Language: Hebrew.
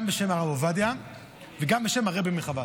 גם בשם הרב עובדיה וגם בשם הרבי מחב"ד,